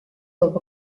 jõuab